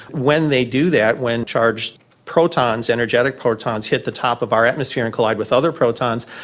when they do that, when charged protons, energetic protons, hit the top of our atmosphere and collide with other protons,